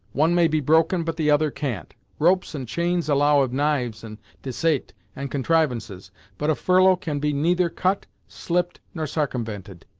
one may be broken, but the other can't. ropes and chains allow of knives, and desait, and contrivances but a furlough can be neither cut, slipped nor sarcumvented.